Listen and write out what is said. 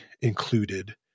included